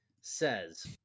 says